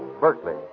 Berkeley